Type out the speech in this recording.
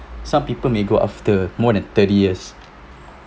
some people may go after more than thirty years